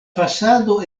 fasado